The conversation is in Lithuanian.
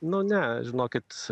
nu ne žinokit